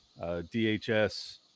DHS